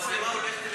המצלמה הולכת אליהם,